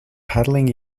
paddling